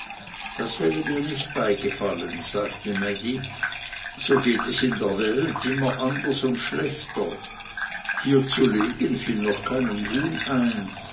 das wäre mir nicht beigefallen sagte mädi so geht es in der welt immer anders und schlechter hier zu legen fiel noch keinem huhn ein